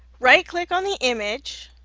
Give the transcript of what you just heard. right click on the image,